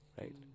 right